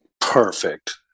Perfect